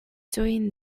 doing